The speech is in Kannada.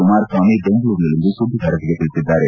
ಕುಮಾರಸ್ವಾಮಿ ಬೆಂಗಳೂರಿನಲ್ಲಿಂದು ಸುದ್ದಿಗಾರರಿಗೆ ತಿಳಿಸಿದ್ದಾರೆ